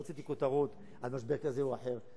לא רציתי כותרות על משבר כזה או אחר.